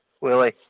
Willie